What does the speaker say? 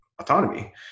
autonomy